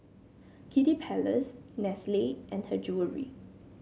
Kiddy Palace Nestle and Her Jewellery